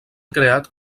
creat